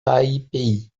taipei